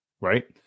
right